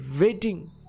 waiting